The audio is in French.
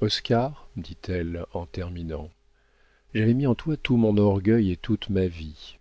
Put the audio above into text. oscar dit-elle en terminant j'avais mis en toi tout mon orgueil et toute ma vie